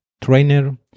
trainer